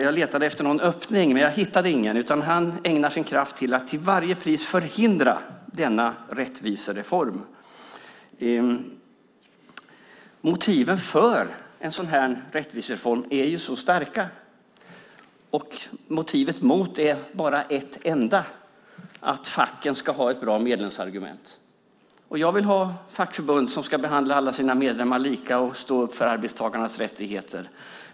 Jag letade efter någon öppning, men jag hittade ingen. Han ägnar sin kraft åt att till varje pris förhindra denna rättvisereform. Motiven för en sådan här rättvisereform är ju så starka, och motivet mot är bara ett enda: att facken ska ha ett bra medlemsargument. Jag vill ha fackförbund som ska behandla alla sina medlemmar lika och stå upp för arbetstagarnas rättigheter.